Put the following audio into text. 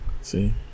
See